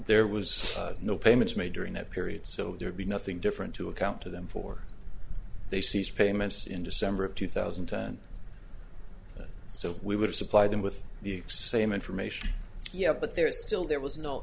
there was no payments made during that period so there'd be nothing different to account to them for they ceased payments in december of two thousand and ten so we would supply them with the same information yet but they're still there was no